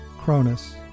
Cronus